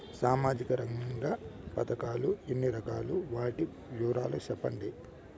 సామాజిక రంగ పథకాలు ఎన్ని రకాలు? వాటి వివరాలు సెప్పండి